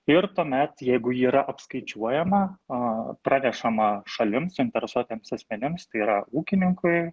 ir tuomet jeigu ji yra apskaičiuojama a pranešama šalims suinteresuotiems asmenims tai yra ūkininkui